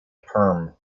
perm